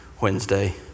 Wednesday